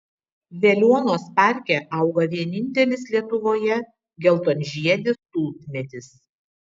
veliuonos parke auga vienintelis lietuvoje geltonžiedis tulpmedis